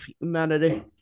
Humanity